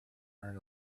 earn